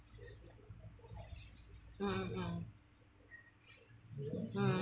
mm mm mm mm